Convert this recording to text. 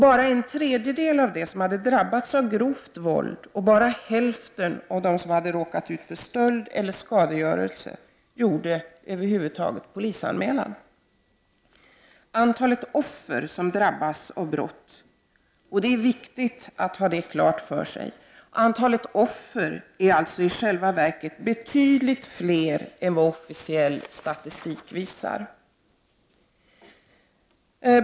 Bara en tredjedel av dem som hade drabbats av grovt våld och bara hälften av dem som hade råkat ut för stöld eller skadegörelse gjorde polisanmälan. Antalet offer som drabbas av brott — det är viktigt att ha detta klart för sig — är alltså i själva verket betydligt större än vad officiell statistik visar.